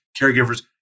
caregivers